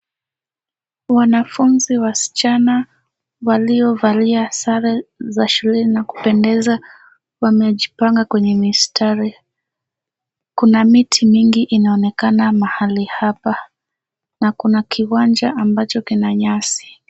Wanafunzi wasichana waliovalia sare za shule na kupendeza wamejipanga kwenye mistari. Kuna miti mingi inaonekana mahali hapa na kuna kiwanja ambacho kina nyasi.